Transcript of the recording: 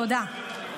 תודה.